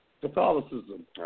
Catholicism